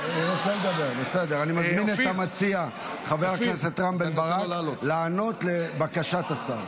אני מזמין את המציע חבר הכנסת בן ברק לענות על בקשת השר.